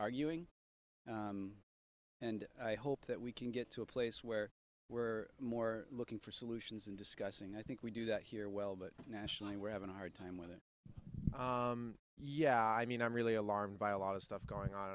arguing and i hope that we can get to a place where we're more looking for solutions and discussing i think we do that here well but nationally we're having a hard time with it yeah i mean i'm really alarmed by a lot of stuff going on